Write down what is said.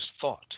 thought